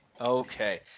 Okay